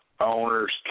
owners